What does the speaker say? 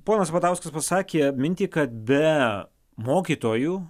ponas sabatauskas pasakė mintį kad be mokytojų